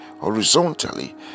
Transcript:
horizontally